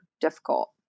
difficult